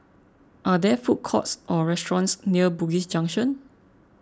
are there food courts or restaurants near Bugis Junction